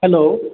hello